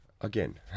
again